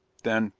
then,